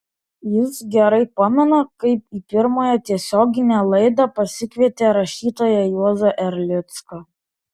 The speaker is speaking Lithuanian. jis gerai pamena kaip į pirmąją tiesioginę laidą pasikvietė rašytoją juozą erlicką